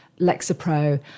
Lexapro